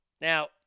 Now